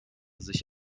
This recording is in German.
sich